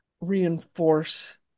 reinforce